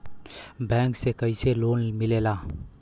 Bank से कइसे loan मिलेला?